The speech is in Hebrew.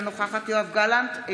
אינה נוכחת יואב גלנט,